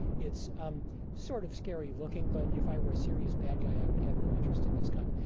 it's um sort of scary looking, but if i were a serious bad guy, i would have no interest in this gun.